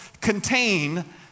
contain